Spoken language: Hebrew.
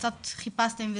קצת חיפשתם,